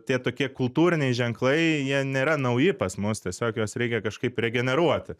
tie tokie kultūriniai ženklai jie nėra nauji pas mus tiesiog juos reikia kažkaip regeneruoti